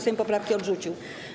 Sejm poprawkę odrzucił.